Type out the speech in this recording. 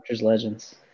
legends